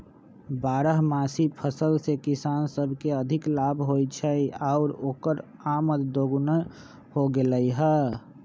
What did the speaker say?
बारहमासी फसल से किसान सब के अधिक लाभ होई छई आउर ओकर आमद दोगुनी हो गेलई ह